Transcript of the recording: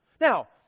Now